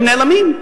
הם נעלמים.